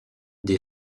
des